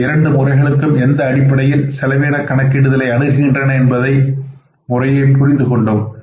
இந்த இரண்டு முறைகளும் எந்த அடிப்படையில் செலவின கணக்கிடுதலை அணுகுகின்றன என்பதை முறையை புரிந்து கொண்டோம்